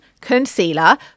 concealer